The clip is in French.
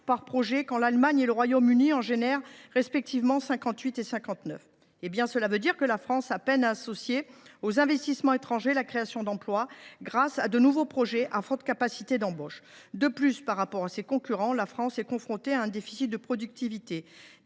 par projet, quand l’Allemagne et le Royaume Uni en créent respectivement 58 et 59. Cela signifie que la France a peine à associer investissements étrangers et création d’emplois, faute de nouveaux projets à forte capacité d’embauches. De plus, par rapport à ses concurrents, la France est confrontée à un déficit de productivité,